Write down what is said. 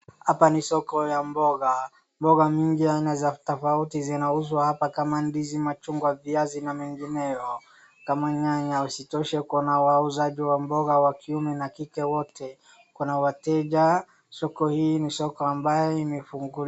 Hapa ni soko ya mboga. Mboga nyingi aina za tofauti zinauzwa hapa kama ndizi, machungwa, viazi na mengineo. Kama nyanya isitoshe kuna wauzaji wa mboga wa kiume na kike wote. Kuna wateja, soko hii ni soko ambayo imefunguliwa.